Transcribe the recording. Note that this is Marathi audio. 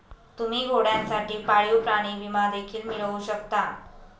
तुम्ही घोड्यांसाठी पाळीव प्राणी विमा देखील मिळवू शकता